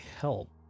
help